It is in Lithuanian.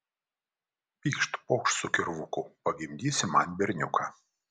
pykšt pokšt su kirvuku pagimdysi man berniuką